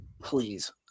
please